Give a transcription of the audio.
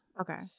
Okay